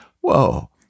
Whoa